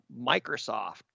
Microsoft